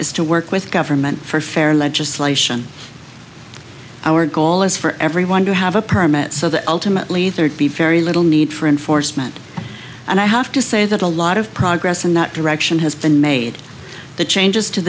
is to work with government for fair legislation our goal is for everyone to have a permit so that ultimately there'd be very little need for enforcement and i have to say that a lot of progress in that direction has been made the changes to